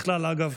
בכלל, אגב,